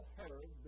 heard